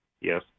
Yes